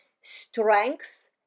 strength